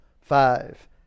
five